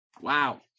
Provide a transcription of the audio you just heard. wow